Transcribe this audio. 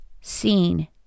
seen